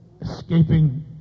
escaping